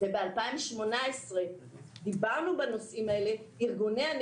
בל נשכח שהקצבה של